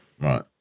Right